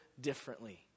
differently